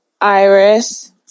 Iris